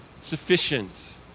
sufficient